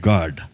God